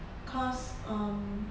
cause um